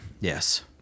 Yes